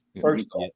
first